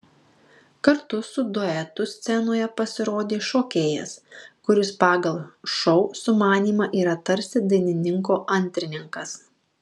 kartu su duetu scenoje pasirodė šokėjas kuris pagal šou sumanymą yra tarsi dainininko antrininkas